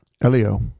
Elio